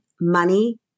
money